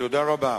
תודה רבה.